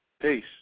Peace